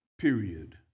period